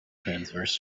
transverse